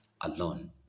alone